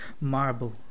Marble